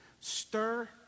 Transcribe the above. stir